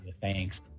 Thanks